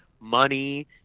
money